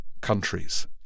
countries